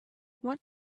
what